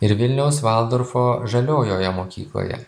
ir vilniaus valdorfo žaliojoje mokykloje